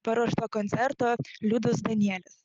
paruošto koncerto liudas danielius